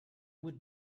would